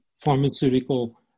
pharmaceutical